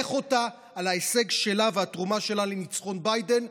ולברך אותה על ההישג שלה והתרומה שלה לניצחון ביידן.